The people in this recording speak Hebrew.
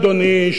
אדוני,